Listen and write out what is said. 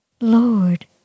Lord